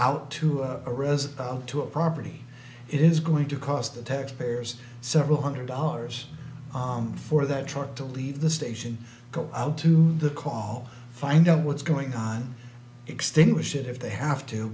out to a present to a property it is going to cost the taxpayers several hundred dollars for that truck to leave the station come out to the call find out what's going on extinguish it if they have to